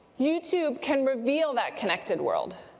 youtube can reveal that connected world.